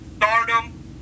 stardom